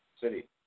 City